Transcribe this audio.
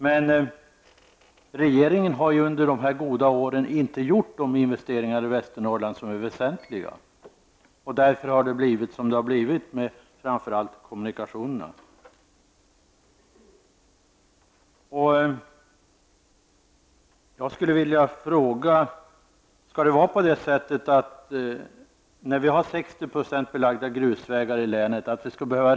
Men regeringen har ju under de goda åren inte gjort några investeringar i Västernorrland som är av vikt. Därför ser det ut som det gör för bl.a. kommunikationerna. Det är 60 % av vägarna i länet som är belagda.